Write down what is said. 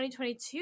2022